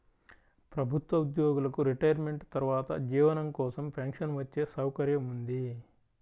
ప్రభుత్వ ఉద్యోగులకు రిటైర్మెంట్ తర్వాత జీవనం కోసం పెన్షన్ వచ్చే సౌకర్యం ఉంది